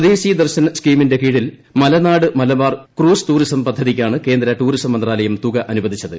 സ്വദേശി ദർശൻ സ്ക്കിമിന്റെ കീഴിൽ മലനാട് മലബാർ ക്രൂസ് ടൂറിസം പദ്ധതിക്കാണ് കേന്ദ്ര ടൂറിസം മന്ത്രാലയം തുക അനുവദിച്ചത്